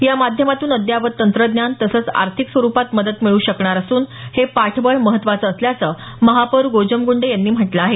या माध्यमातून अद्ययावत तंत्रज्ञान तसंच आर्थिक स्वरुपात मदत मिळू शकणार असून हे पाठबळ महत्त्वाचं असल्याचं महापौर गोजमगूंडे यांनी म्हटलं आहे